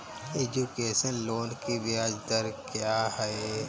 Education loan की ब्याज दर क्या है?